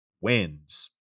wins